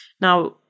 Now